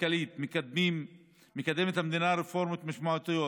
הכלכלית מקדמת המדינה רפורמות משמעותיות